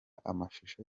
amashusho